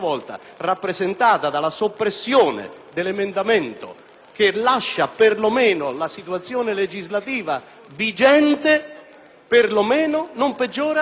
che lascia perlomeno la situazione legislativa vigente e non peggiora e non compromette la situazione, sia accolta. Sintomatico sul piano